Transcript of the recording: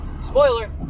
spoiler